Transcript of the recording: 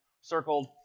circled